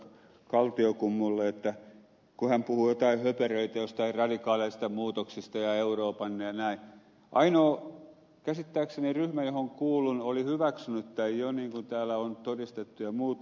kaltiokummulle kun hän puhui joitain höperöitä joistain radikaaleista muutoksista ja euroopan unionista ja näin että käsittääkseni ainoa ryhmä johon kuulun oli hyväksynyt tämän jo niin kuin täällä on todistettu ja muuta